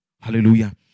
Hallelujah